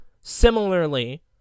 Similarly